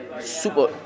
super